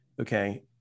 Okay